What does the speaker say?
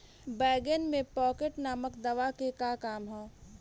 बैंगन में पॉकेट नामक दवा के का काम ह?